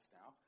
now